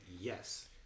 Yes